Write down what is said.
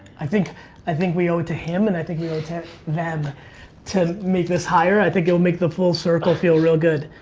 i think i think we owe it to him and i think we owe it to them to make this hire. i think it'll make the full circle feel real good.